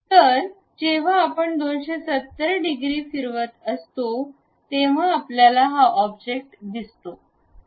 तर जेव्हा आपण 270 डिग्री फिरत असतो असते तेव्हा आपल्याला हा ऑब्जेक्ट दिसतो